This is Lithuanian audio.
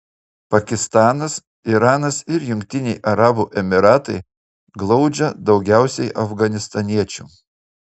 pakistanas iranas ir jungtiniai arabų emyratai glaudžia daugiausiai afganistaniečių